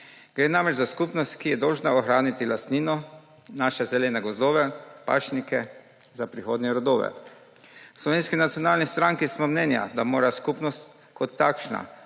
Gre namreč za skupnost, ki je dolžna ohraniti lastnino, naše zelene gozdove, pašnike za prihodnje rodove. V Slovenski nacionalni stranki smo mnenja, da mora skupnost kot takšna